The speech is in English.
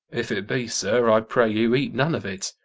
if it be, sir, i pray you eat none of it.